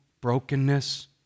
brokenness